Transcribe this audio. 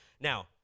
Now